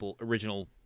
original